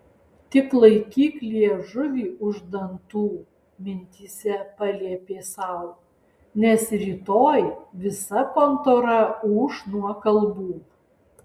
tik laikyk liežuvį už dantų mintyse paliepė sau nes rytoj visa kontora ūš nuo kalbų